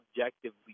objectively